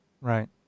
Right